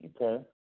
Okay